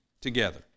together